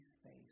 space